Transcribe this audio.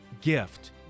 gift